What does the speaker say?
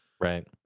right